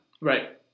Right